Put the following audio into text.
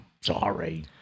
Sorry